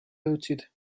jõudsid